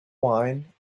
wine